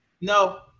No